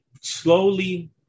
slowly